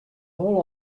holle